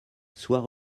soit